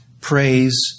praise